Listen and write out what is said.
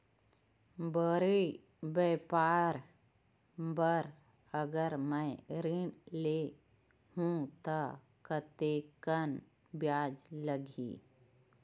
बड़े व्यापार बर अगर मैं ऋण ले हू त कतेकन ब्याज लगही?